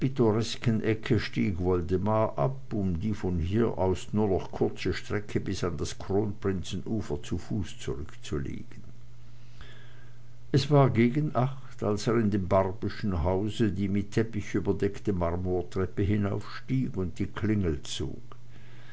um die von hier aus nur noch kurze strecke bis an das kronprinzenufer zu fuß zurückzulegen es war gegen acht als er in dem barbyschen hause die mit teppich überdeckte marmortreppe hinaufstieg und die klingel zog